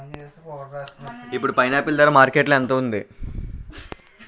ఇప్పుడు పైనాపిల్ ధర మార్కెట్లో ఎంత ఉంది?